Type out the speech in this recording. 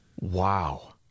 wow